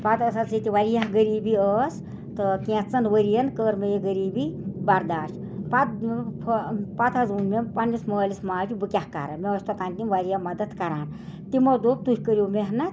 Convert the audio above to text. پتہٕ ٲسۍ حظ ییٚتہِ وارِیاہ غٔریٖبی ٲس تہٕ کٮ۪ژن ؤرین کٔر مےٚ یہِ غٔریٖبی برداش پتہٕ پتہٕ حظ ووٚن مےٚ پنٛنِس مٲلِس ماجہِ بہٕ کیٛاہ کَرٕ مےٚ ٲسۍ تۄتانۍ تِم وارِیاہ مدتھ کَران تِمو دوٚپ تۄہہِ کٔرِو محنت